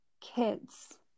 kids